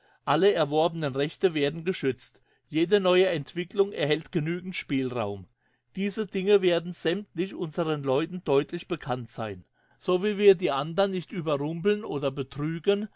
alle erworbenen rechte werden geschützt jede neue entwicklung erhält genügenden spielraum diese dinge werden sämmtlich unseren leuten deutlich bekannt sein so wie wir die anderen nicht überrumpeln oder betrügen